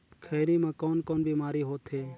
खैनी म कौन कौन बीमारी होथे?